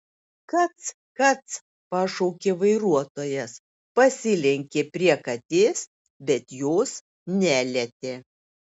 kac kac pašaukė vairuotojas pasilenkė prie katės bet jos nelietė